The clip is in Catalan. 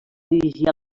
dirigir